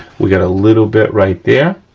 we got a little bit right there.